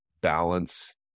balance